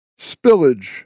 Spillage